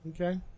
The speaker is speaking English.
Okay